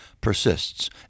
persists